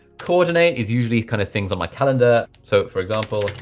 coordinate is usually kind of things on my calendar. so for example.